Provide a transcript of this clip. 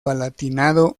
palatinado